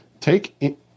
take